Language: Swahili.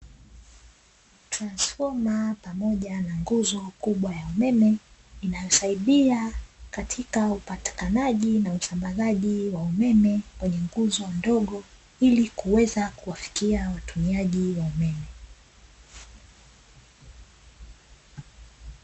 Transfoma pamoja na nguzo kubwa ya umeme, inayosaidia katika upatikanaji na usambazaji wa umeme kwenye nguzo ndogo, ili kuweza kuwafikia watumiaji wa umeme.